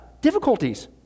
difficulties